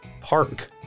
park